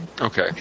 Okay